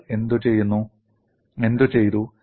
നിങ്ങൾ എന്തു ചെയ്തു